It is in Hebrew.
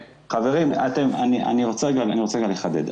חברים, אני רוצה לחדד.